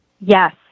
Yes